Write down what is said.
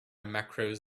macros